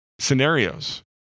scenarios